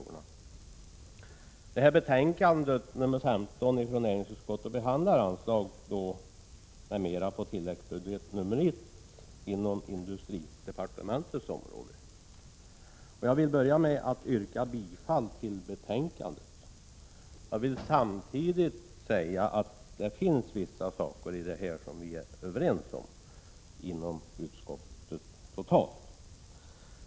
Näringsutskottets betänkande 1986/87:15 rör anslag m.m. på tilläggsbudget I inom industridepartementets område. Låt mig börja med att yrka bifall till utskottets hemställan. Samtidigt vill jag säga att vi i utskottet är helt överens om vissa saker.